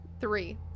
Three